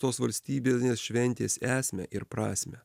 tos valstybinės šventės esmę ir prasmę